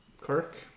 Kirk